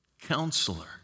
Counselor